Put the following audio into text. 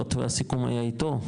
היות והסיכום היה איתו,